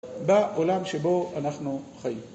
בעולם שבו אנחנו חיים.